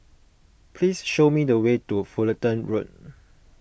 please show me the way to Fullerton Road